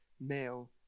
male